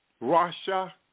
Russia